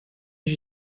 się